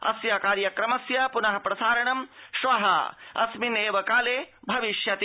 अस्य कार्यक्रमस्य पुन प्रसारणं श्व अस्मिन् एवं काले भविष्यति